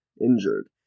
injured